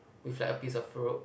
with like a piece of rope